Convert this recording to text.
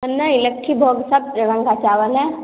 नहीं लक्खीभोग सब रंग का चावल हैं